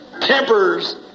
Tempers